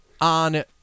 on